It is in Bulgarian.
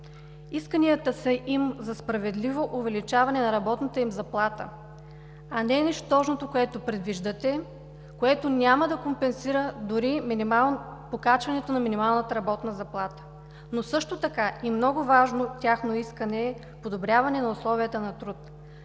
Исканията им са за справедливо увеличаване на работната им заплата, а не нищожното, което предвиждате, което няма да компенсира дори покачването на минималната работна заплата. Но също така и много важно тяхно искане е подобряване на условията на труд.